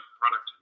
product